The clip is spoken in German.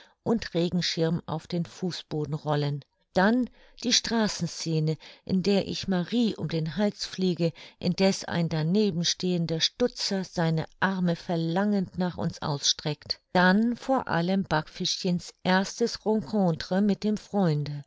und regenschirm auf den fußboden rollen dann die straßenscene in der ich marie um den hals fliege indeß ein daneben stehender stutzer seine arme verlangend nach uns ausstreckt dann vor allem backfischchens erstes rencontre mit dem freunde